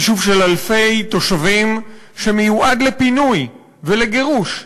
יישוב של אלפי תושבים שמיועד לפינוי ולגירוש,